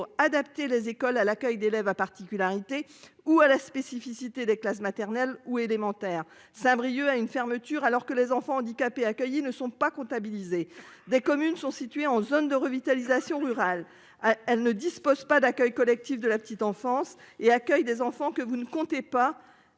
adapter les écoles à l'accueil d'élèves à particularité ou à la spécificité des classes maternelles ou élémentaires Saint-Brieuc à une fermeture, alors que les enfants handicapés accueillis ne sont pas comptabilisées des communes sont situées en zone de revitalisation rurale. Ah elle ne dispose pas d'accueil collectif de la petite enfance et accueille des enfants que vous ne comptait pas